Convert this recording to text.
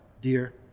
dear